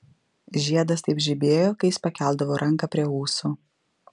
žiedas taip žibėjo kai jis pakeldavo ranką prie ūsų